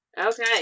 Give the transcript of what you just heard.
Okay